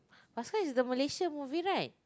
Paskal is the Malaysia movie right